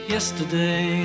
Yesterday